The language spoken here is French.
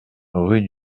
rue